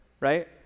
right